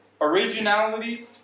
Originality